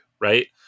right